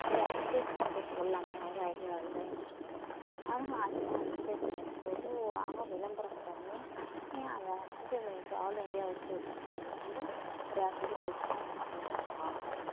ஒரு அட்வடைஸ்மென்ட்டு போடலாமே ஒரு ஐடியாவில அவங்க அவங்க அட்வடைஸ்மென்ட்டு போட்டு அவங்க விளம்பரம் பண்ணி அந்த அட்வடைஸ்மென்ட் ஆல் இண்டியாவுக்கும் ரீச் ஆகுறக்குள்ள ஒரு அட்வடைஸ் தான் முக்கியமான காரணம்